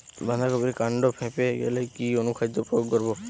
বাঁধা কপির কান্ড ফেঁপে গেলে কি অনুখাদ্য প্রয়োগ করব?